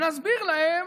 ונסביר להם